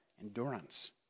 endurance